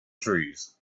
trees